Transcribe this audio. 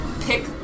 pick